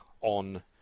on